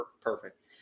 perfect